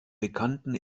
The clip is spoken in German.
bekannten